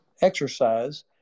exercise